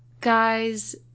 guys